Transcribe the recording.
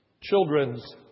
children's